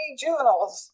juveniles